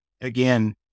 again